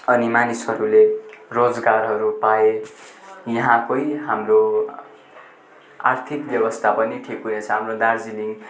अनि मानिसहरूले रोजगारहरू पाए यहाँकै हाम्रो आर्थिक व्यवस्था पनि ठिक हुनेछ हाम्रो दार्जिलिङ